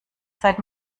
seit